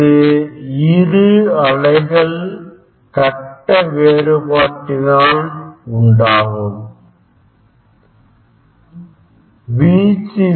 இது இரு அலைகள்கட்ட வேறுபாட்டினால் உண்டாகும் வீச்சு